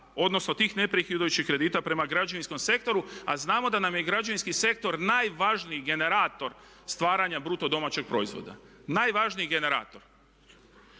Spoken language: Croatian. se ne razumije./… kredita prema građevinskom sektoru, a znamo da nam je građevinski sektor najvažniji generator stvaranja bruto domaćeg proizvoda. Najvažniji generator.